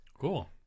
Cool